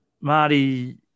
Marty